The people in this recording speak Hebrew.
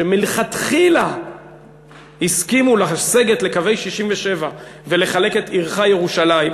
שמלכתחילה הסכימו לסגת לקווי 67' ולחלק את עירך ירושלים,